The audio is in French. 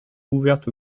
ouverte